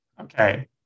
Okay